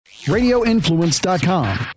Radioinfluence.com